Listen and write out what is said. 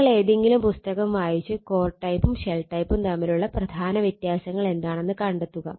നിങ്ങൾ ഏതെങ്കിലും പുസ്തകം വായിച്ച് കോർ ടൈപ്പും ഷെൽ ടൈപ്പും തമ്മിലുള്ള പ്രധാന വ്യത്യാസങ്ങൾ എന്താണെന്ന് കണ്ടെത്തുക